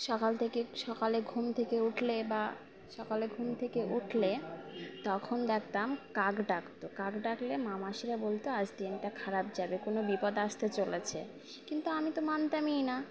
সকাল থেকে সকালে ঘুম থেকে উঠলে বা সকালে ঘুম থেকে উঠলে তখন দেখতাম কাক ডাকতো কাক ডাকলে মা মাসিরা বলতো আজ দিনটা খারাপ যাবে কোনো বিপদ আসতে চলেছে কিন্তু আমি তো মানতামই না